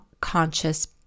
conscious